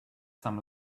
some